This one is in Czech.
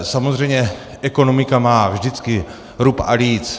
Samozřejmě ekonomika má vždycky rub a líc.